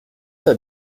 pas